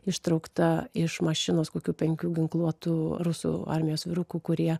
ištraukta iš mašinos kokių penkių ginkluotų rusų armijos vyrukų kurie